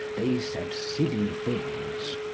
they said silly things.